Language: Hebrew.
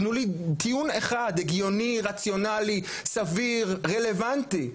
תנו לי טיעון אחד הגיוני, רציונלי, סביר, רלוונטי,